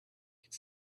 could